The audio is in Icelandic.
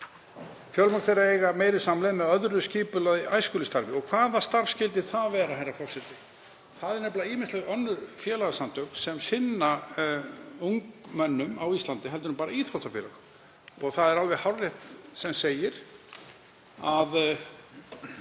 Fjölmörg þeirra eiga meiri samleið með öðru skipulögðu æskulýðsstarfi.“ Og hvaða starf skyldi það vera, herra forseti? Það eru nefnilega ýmisleg önnur félagasamtök sem sinna ungmennum á Íslandi heldur en bara íþróttafélög. Það er alveg hárrétt sem segir að